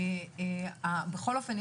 בכל אופן,